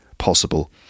Possible